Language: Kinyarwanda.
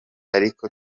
ariko